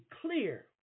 clear